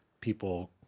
people